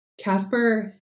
Casper